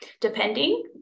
depending